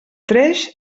tres